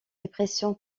dépression